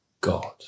God